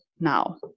now